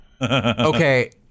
Okay